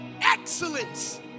Excellence